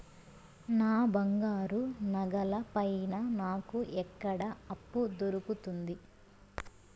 నా బంగారు నగల పైన నాకు ఎక్కడ అప్పు దొరుకుతుంది